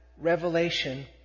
revelation